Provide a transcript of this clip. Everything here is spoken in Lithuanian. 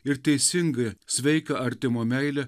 ir teisingąją sveiką artimo meilę